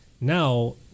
now